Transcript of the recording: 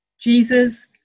Jesus